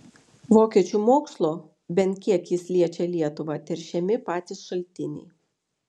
vokiečių mokslo bent kiek jis liečią lietuvą teršiami patys šaltiniai